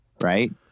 right